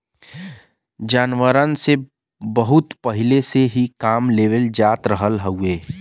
जानवरन से बहुत पहिले से ही काम लेवल जात रहल हउवे